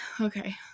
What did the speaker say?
okay